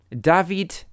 David